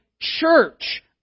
church